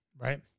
right